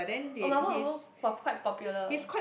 oh mamamoo was quite popular